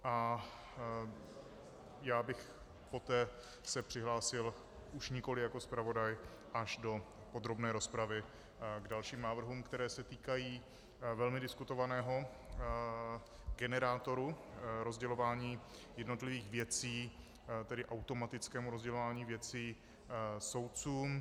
A já bych poté se přihlásil už nikoliv jako zpravodaj až do podrobné rozpravy k dalším návrhům, které se týkají velmi diskutovaného generátoru rozdělování jednotlivých věcí, tedy automatickému rozdělování věcí soudcům.